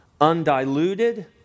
undiluted